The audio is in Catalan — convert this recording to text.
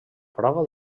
prova